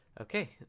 Okay